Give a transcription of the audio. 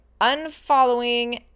unfollowing